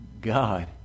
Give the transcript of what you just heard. God